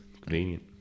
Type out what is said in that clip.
Convenient